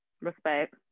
Respect